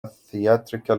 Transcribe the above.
theatrical